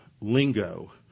lingo